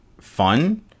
fun